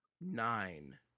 Nine